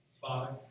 Father